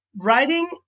Writing